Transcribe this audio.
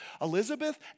Elizabeth